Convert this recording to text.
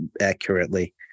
accurately